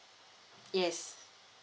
yes